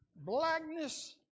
Blackness